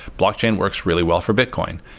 blockchain works really well for bitcoin.